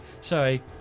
Sorry